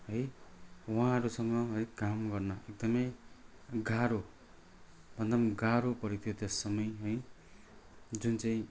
है उहाँहरूसँग है काम गर्न एकदमै गाह्रो भन्दा नि गाह्रो परेको थियो त्यस समय है जुन चाहिँ